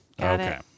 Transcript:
Okay